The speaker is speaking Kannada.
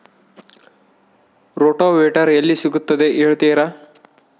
ರೋಟೋವೇಟರ್ ಎಲ್ಲಿ ಸಿಗುತ್ತದೆ ಹೇಳ್ತೇರಾ?